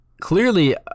Clearly